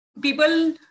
People